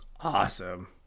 awesome